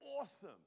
awesome